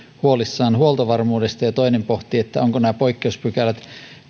huolissaan huoltovarmuudesta ja toinen pohtii ovatko nämä poikkeuspykälät